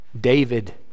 David